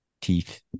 teeth